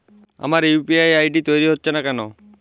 আমার UPI ID তৈরি হচ্ছে না কেনো?